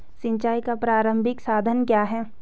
सिंचाई का प्रारंभिक साधन क्या है?